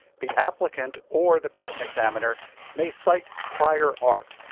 the applicant or the patent examiner may cite prior art,